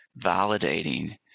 validating